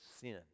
sin